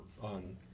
on